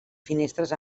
finestres